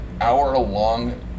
hour-long